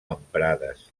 emprades